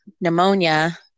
pneumonia